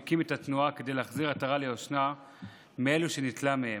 הקים את התנועה כדי להחזיר עטרה ליושנה מאלה שניטלה מהם,